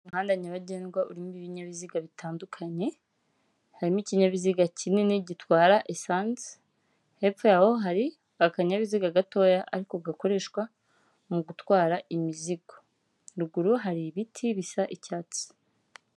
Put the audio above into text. Umuhanda nyabagendwa urimo ibinyabiziga bitandukanye, harimo ikinyabiziga kinini gitwara esanse, hepfo yaho hari akanyabiziga gatoya ariko gakoreshwa mu gutwara imizigo. Ruguru hari ibiti bisa icyatsi.